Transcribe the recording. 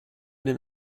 den